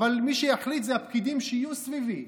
אבל מי שיחליט זה הפקידים שיהיו סביבי.